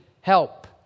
help